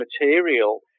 material